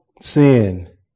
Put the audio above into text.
sin